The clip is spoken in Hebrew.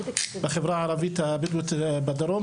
בחברה הערבית הבדואית בדרום.